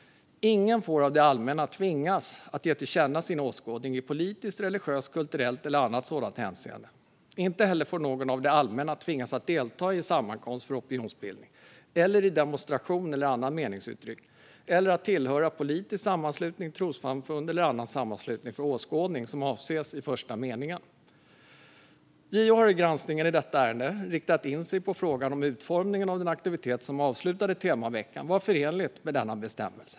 Ingen får av det allmänna tvingas att ge till känna sin åskådning i politiskt, religiöst, kulturellt eller annat sådant hänseende. Inte heller får någon av det allmänna tvingas att delta i en sammankomst för opinionsbildning eller i en demonstration eller annan meningsyttring eller att tillhöra en politisk sammanslutning, ett trossamfund eller en annan sammanslutning för åskådning som avses i den första meningen. JO har i granskningen i detta ärende riktat in sig på om utformningen av den aktivitet som avslutade temaveckan var förenlig med denna bestämmelse.